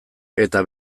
eta